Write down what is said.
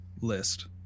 list